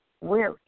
weary